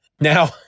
Now